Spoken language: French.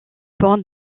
porte